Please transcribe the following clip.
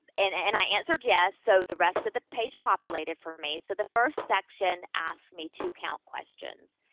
and and i answered yes, so the rest of the page populated for me, so the first section asks me to count questions.